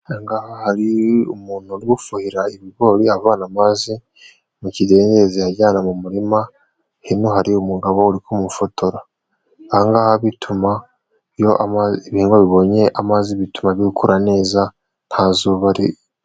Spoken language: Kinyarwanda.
Ahangaha hari umuntu kuhira ibigori avana amazi mu kidendezi ajyana mu murima, hino hari umugabo uri kumufotora, ahangaha bituma ibihigwa bibonye amazi, bituma bikura neza nta zuba.